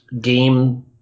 game